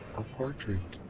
a portrait!